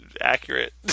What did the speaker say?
accurate